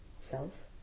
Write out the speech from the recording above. self